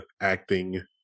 acting